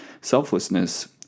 selflessness